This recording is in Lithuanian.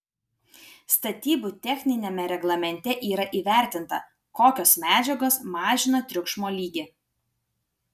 statybų techniniame reglamente yra įvertinta kokios medžiagos mažina triukšmo lygį